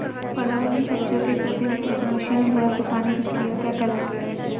फलों एवं सब्जियों के कृत्रिम रूप से मशीनों द्वारा सुखाने की क्रिया क्या कहलाती है?